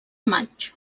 maig